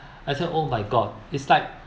I said oh my god it's like